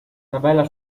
tabella